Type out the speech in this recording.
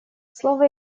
слово